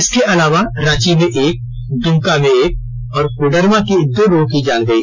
इसके अलावा रांची में एक दुमका में एक और कोडरमा के दो लोगों की जान गई